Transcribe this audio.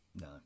No